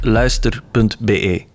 luister.be